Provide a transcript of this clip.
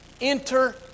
enter